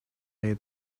day